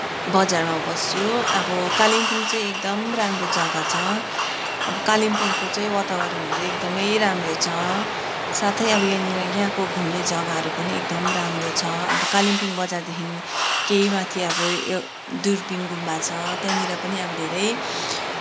बजारमा बस्छु अब कालिम्पोङ चाहिँ एकदमै राम्रो जग्गा छ अब कालिम्पोङको चाहिँ वातावरणहरू एकदमै राम्रो छ साथै अब यहाँनिर यहाँको घुम्ने जग्गाहरू पनि एकदम राम्रो छ अब कालिम्पोङ बजारदेखि केही माथि अब यो दुर्पिन गुम्बा छ त्यहाँनिर पनि अब धेरै